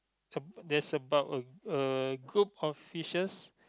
a there's about a a group of fishes